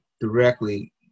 directly